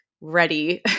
ready